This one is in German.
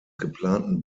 geplanten